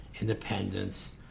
independence